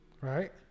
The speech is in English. right